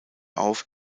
auf